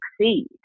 succeed